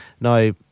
Now